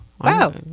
Wow